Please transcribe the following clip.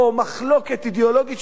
או מחלוקת אידיאולוגית,